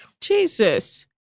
Jesus